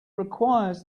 requires